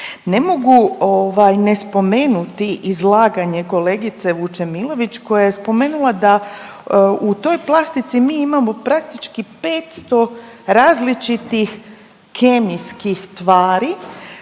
Ne mogu ovaj ne spomenuti izlaganje kolegice Vučemilović koja je spomenula da u toj plastici mi imamo praktički 500 različitih kemijskih tvari